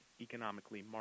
economically